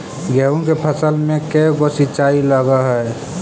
गेहूं के फसल मे के गो सिंचाई लग हय?